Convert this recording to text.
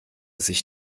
sich